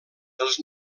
dels